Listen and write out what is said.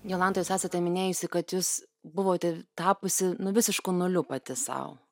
jolanta jūs esate minėjusi kad jūs buvote tapusi nu visišku nuliu pati sau